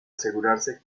asegurarse